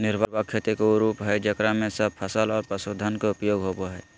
निर्वाह खेती के उ रूप हइ जेकरा में सब फसल और पशुधन के उपयोग होबा हइ